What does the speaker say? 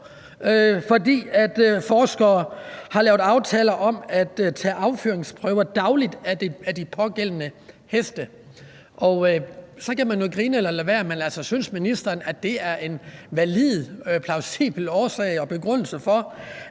fordi forskere har lavet aftaler om at tage afføringsprøver fra de pågældende heste dagligt. Og så kan man jo grine eller lade være, men synes ministeren, det er en valid og plausibel begrundelse for,